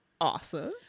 awesome